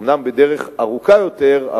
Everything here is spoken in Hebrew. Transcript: אומנם בדרך ארוכה יותר,